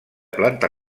planta